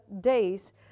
days